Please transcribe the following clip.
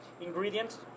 ingredients